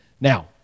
Now